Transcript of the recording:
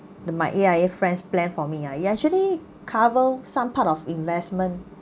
the my A_I_A friends plan for me ah ya actually cover some part of investment